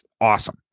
awesome